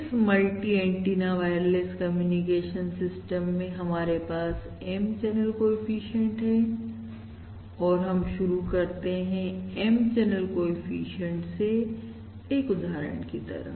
इस multi antenna wireless communication system में हमारे पास M चैनल कोएफिशिएंट हैहमारे पास M चैनल कोएफिशिएंट हैऔर हम शुरू करते हैं M चैनल कोएफिशिएंट से एक उदाहरण की तरह